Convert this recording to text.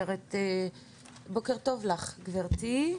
בוקר טוב לך גברתי.